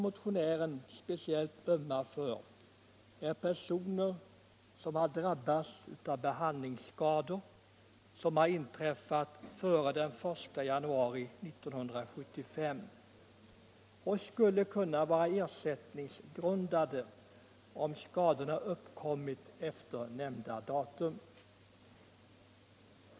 Motionären ömmar speciellt för personer som har drabbats av behandlingsskador, vilka inträffat före den 1 januari 1975 och skulle ha varit ersättningsgrundande om skadorna uppkommit efter nämnda datum.